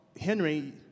Henry